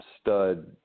stud